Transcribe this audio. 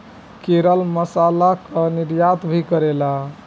केरल मसाला कअ निर्यात भी करेला